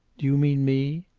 do you mean me?